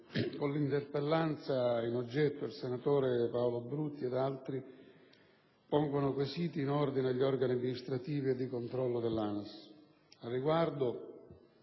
con l'interpellanza in oggetto il senatore Paolo Brutti e altri pongono quesiti in ordine agli organi amministrativo e di controllo dell'ANAS.